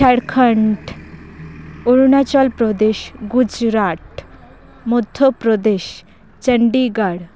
Jharkhand Arunachal Pradesh Gujarat Madhya Pradesh Chandigarh